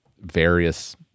various